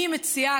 אני מציעה,